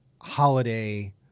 holiday